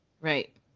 right